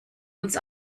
uns